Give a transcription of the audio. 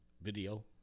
Video